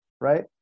right